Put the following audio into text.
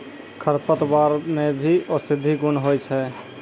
खरपतवार मे भी औषद्धि गुण होय छै